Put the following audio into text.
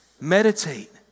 Meditate